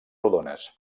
rodones